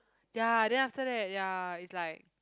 ya then after that ya it's like